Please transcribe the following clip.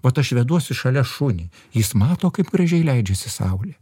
vat aš veduosi šalia šunį jis mato kaip gražiai leidžiasi saulė